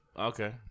Okay